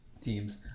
teams